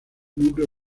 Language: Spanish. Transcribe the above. núcleo